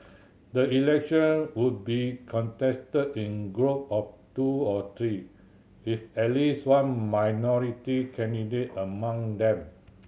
the election would be contested in group of two or three with at least one minority candidate among them